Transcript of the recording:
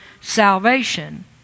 salvation